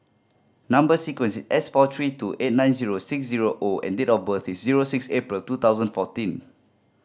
number sequence is S four three two eight nine zero six zero O and date of birth is zero six April two thousand fourteen